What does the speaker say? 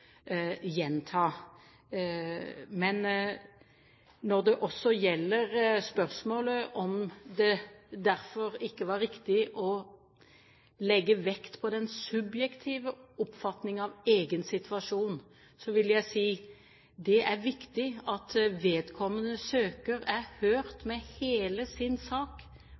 gjenta. Når det gjelder spørsmålet om det derfor ikke var riktig å legge vekt på den subjektive oppfatningen av egen situasjon, vil jeg si at det er viktig at vedkommende søker er hørt med hele sin sak,